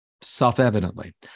self-evidently